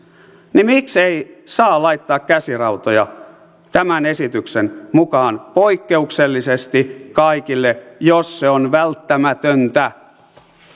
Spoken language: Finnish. oikeudenkäyntiin vangeille ei saa laittaa käsirautoja tämän esityksen mukaisesti poikkeuksellisesti kaikille jos se on välttämätöntä